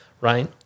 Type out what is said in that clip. Right